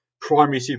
primary